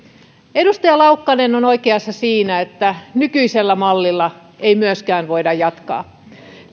edustaja laukkanen on oikeassa siinä että nykyisellä mallilla ei myöskään voida jatkaa